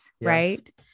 right